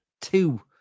two